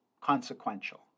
consequential